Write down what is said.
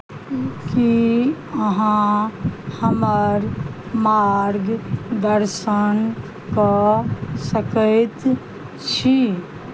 की अहाँ हमर मार्गदर्शन कऽ सकैत छी